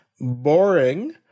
boring